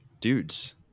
dudes